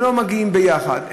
הם לא מגיעים ביחד,